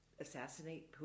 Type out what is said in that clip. assassinate